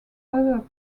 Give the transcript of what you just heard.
other